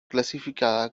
clasificada